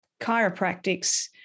chiropractics